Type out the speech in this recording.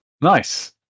Nice